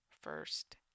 first